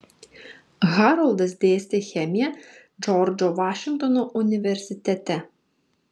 haroldas dėstė chemiją džordžo vašingtono universitete